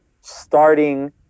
starting